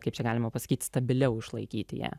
kaip čia galima pasakyti stabiliau išlaikyti ją